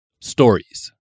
Stories